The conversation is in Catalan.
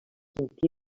quintí